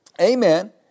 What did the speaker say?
amen